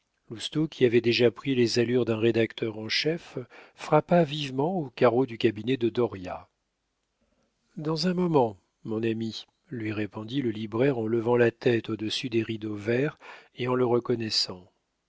qui avait déjà pris les allures d'un rédacteur en chef frappa vivement aux carreaux du cabinet de dauriat dans un moment mon ami lui répondit le libraire en levant la tête au-dessus des rideaux verts et en le reconnaissant